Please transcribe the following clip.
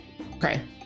Okay